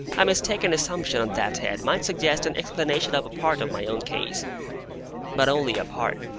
a mistaken assumption on that head might suggest an explanation of a part of my own case but only a part